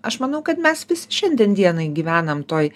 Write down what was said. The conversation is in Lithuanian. aš manau kad mes šiandien dienai gyvenam toj